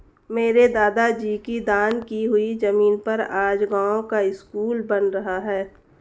मेरे दादाजी की दान की हुई जमीन पर आज गांव का स्कूल बन रहा है